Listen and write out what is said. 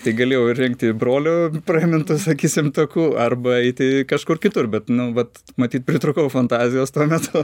tai galėjau rinkti brolio pramintu sakysim taku arba eiti kažkur kitur bet nu vat matyt pritrūkau fantazijos tuo metu